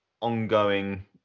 ongoing